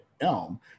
Elm